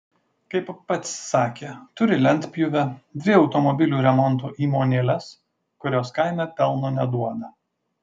kaip pats sakė turi lentpjūvę dvi automobilių remonto įmonėles kurios kaime pelno neduoda